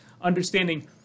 Understanding